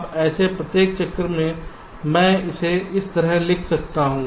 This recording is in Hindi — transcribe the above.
अब ऐसे प्रत्येक चक्र में मैं इसे इस तरह लिख सकता हूं